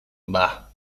bah